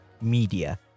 media